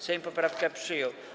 Sejm poprawkę przyjął.